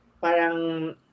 Parang